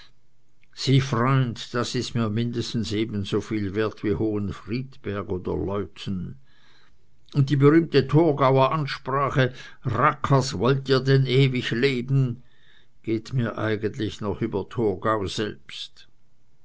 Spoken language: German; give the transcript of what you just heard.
sieh freund das ist mir mindestens ebensoviel wert wie hohenfriedberg oder leuthen und die berühmte torgauer ansprache rackers wollt ihr denn ewig leben geht mir eigentlich noch über torgau selbst